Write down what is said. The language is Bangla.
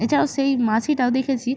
এছাড়াও সেই মাসিটাও দেখেছি